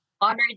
Honored